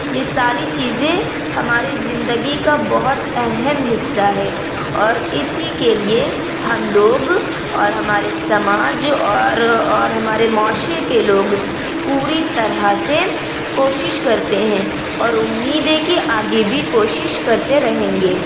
یہ ساری چیزیں ہماری زندگی کا بہت اہم حصہ ہے اور اسی کے لیے ہم لوگ اور ہمارے سماج اور اور ہمارے معاشرے کے لوگ پوری طرح سے کوشش کرتے ہیں اور امید ہے کہ آگے بھی کوشش کرتے رہیں گے